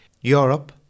Europe